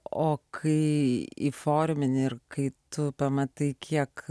o kai įformini ir kai tu pamatai kiek